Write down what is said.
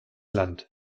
land